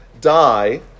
die